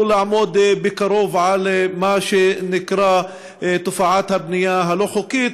לעמוד מקרוב על מה שנקרא תופעת הבנייה הלא-חוקית.